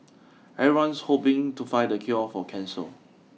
everyone's hoping to find the cure for cancer